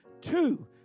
two